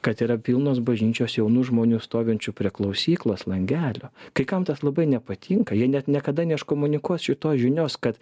kad yra pilnos bažnyčios jaunų žmonių stovinčių prie klausyklos langelio kai kam tas labai nepatinka jie net niekada neiškomunikuos šitos žinios kad